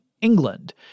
England